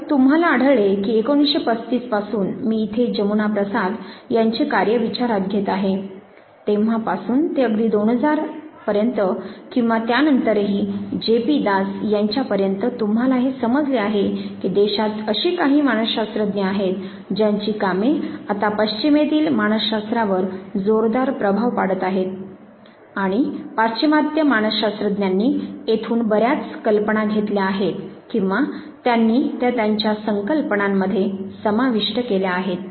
तर तुम्हाला आढळले की 1935 पासून मी येथे जमुना प्रसाद यांचे कार्य विचारात घेत आहे तेव्हापासून ते अगदी 2000 पर्यंत किंवा त्या नंतरही जे पी दास यांच्या पर्यंत तुम्हाला हे समजले आहे की देशात अशी काही मानसशास्त्रज्ञ आहेत ज्यांची कामे आता पश्चिमेतील मानस शास्त्रावर जोरदार प्रभाव पाडत आहेत आणि पाश्चिमात्य मानसशास्त्रज्ञांनी येथून बर्याच कल्पना घेतल्या आहेत किंवा त्यांनी त्या त्यांच्या संकल्पनांमध्ये समाविष्ट केल्या आहेत